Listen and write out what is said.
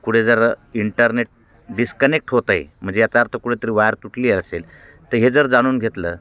कुठे जर internet disconnect होत आहे म्हणजे याचा अर्थ कुठेतरी वायर तुटली असेल तर हे जर जाणून घेतलं